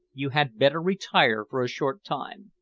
you had better retire for a short time.